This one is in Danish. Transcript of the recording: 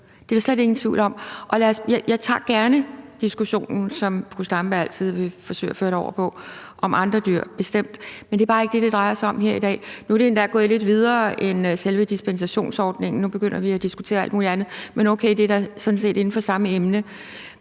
Det er der slet ingen tvivl om. Jeg tager gerne diskussionen, som fru Zenia Stampe altid vil forsøge at føre det over på, om andre dyr, bestemt, men det er bare ikke det, det drejer sig om her i dag. Nu er det endda gået lidt videre end selve dispensationsordningen. Nu begynder vi at diskutere alt muligt andet, men okay, det er da sådan set inden for samme emne.